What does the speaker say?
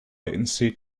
latency